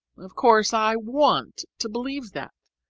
of course i want to believe that!